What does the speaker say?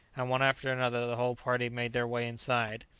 and one after another the whole party made their way inside.